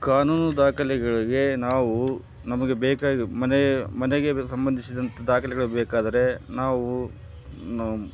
ಕಾನೂನು ದಾಖಲೆಗಳಿಗೆ ನಾವು ನಮಗೆ ಬೇಕಾಗಿ ಮನೆ ಮನೆಗೆ ಬೆ ಸಂಬಂಧಿಸಿದಂಥ ದಾಖಲೆಗಳು ಬೇಕಾದರೆ ನಾವು ನಾ